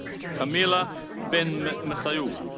camila benmessaoud.